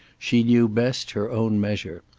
she knew best her own measure.